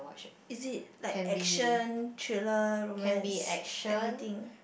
is it like action thriller romance everything